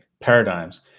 paradigms